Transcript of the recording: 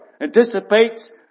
Anticipates